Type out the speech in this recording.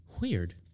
Weird